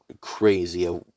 crazy